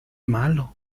malo